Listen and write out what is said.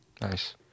Nice